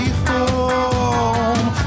home